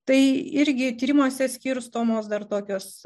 tai irgi tyrimuose skirstomos dar tokios